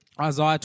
Isaiah